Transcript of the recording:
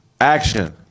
Action